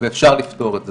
ואפשר לפתור את זה,